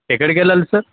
ఎక్కడికేళాలి sir